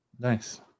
nice